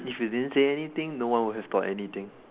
if you didn't say anything no one would have thought anything